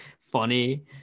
funny